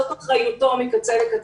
זאת אחריותו מקצה אל קצה.